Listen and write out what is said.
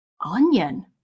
onion